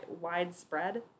widespread